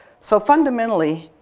so fundamentally,